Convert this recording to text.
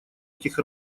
этих